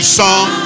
song